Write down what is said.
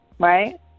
Right